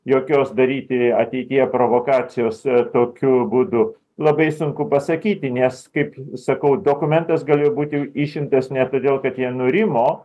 jokios daryti ateityje provokacijos tokiu būdu labai sunku pasakyti nes kaip sakau dokumentas galėjo būti išimtas ne todėl kad jie nurimo